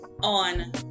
on